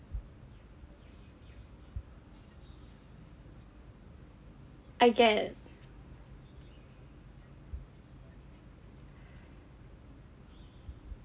I get